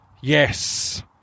Yes